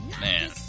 man